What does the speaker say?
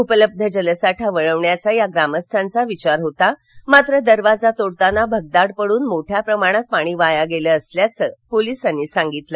उपलब्ध जलसाठा वळवण्याचा या ग्रामस्थांचा विचार होता मात्र दरवाजा तोडताना भगदाड पडून मोठ्या प्रमाणात पाणी वाया गेलं असल्याचं पोलीसांनी सांगितलं